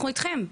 אנחנו איתכם.